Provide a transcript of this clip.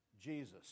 Jesus